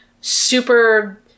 super